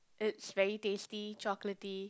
it's very tasty chocolatey